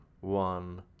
one